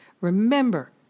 Remember